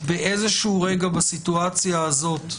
באיזשהו רגע בסיטואציה הזאת,